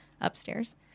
upstairs